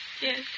Yes